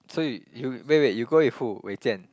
so you you wait wait you go with who Wei-Jian